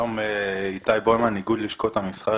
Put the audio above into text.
איתי בוימן, איגוד לשכות המסחר.